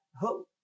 hope